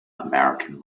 american